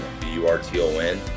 B-U-R-T-O-N